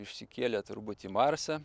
išsikėlė turbūt į marsą